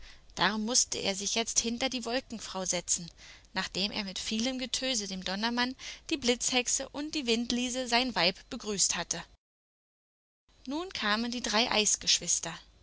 darum mußte er sich jetzt hinter die wolkenfrau setzen nachdem er mit vielem getöse den donnermann die blitzhexe und die windliese sein weib begrüßt hatte nun kamen die drei eisgeschwister